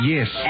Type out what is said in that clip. Yes